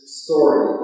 story